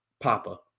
papa